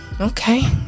okay